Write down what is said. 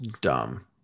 dumb